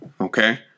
Okay